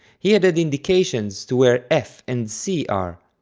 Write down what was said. he added indications to where f and c are.